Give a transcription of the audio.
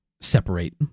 separate